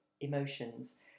emotions